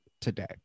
today